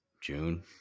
June